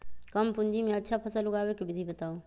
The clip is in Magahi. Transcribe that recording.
कम पूंजी में अच्छा फसल उगाबे के विधि बताउ?